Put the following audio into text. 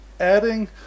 adding